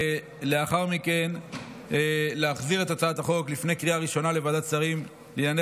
ולאחר מכן להחזיר את הצעת החוק לפני קריאה ראשונה לוועדת שרים לענייני